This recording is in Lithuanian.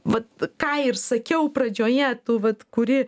vat ką ir sakiau pradžioje tu vat kuri